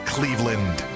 Cleveland